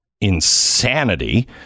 insanity